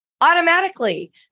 automatically